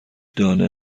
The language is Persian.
دانه